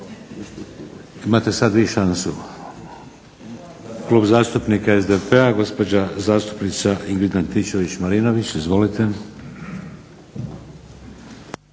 Imate sad vi šansu. Klub zastupnika SDP-a, gospođa zastupnica Ingrid Antičević-Marinović. Izvolite.